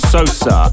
Sosa